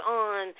on